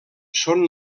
són